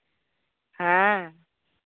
ᱦᱮᱸ